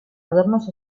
adornos